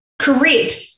Correct